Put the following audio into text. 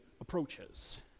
approaches